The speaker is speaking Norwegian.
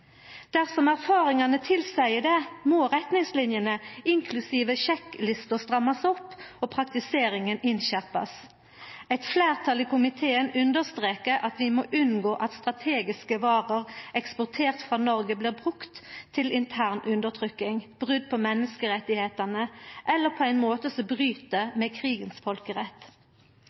Dersom erfaringane tilseier det, må retningslinjene, inklusive sjekklister, strammast opp og praktiseringa innskjerpast. Eit fleirtal i komiteen understrekar at vi må unngå at strategiske varer eksporterte frå Noreg blir brukte til intern undertrykking, brot på menneskerettane eller på ein måte som bryt med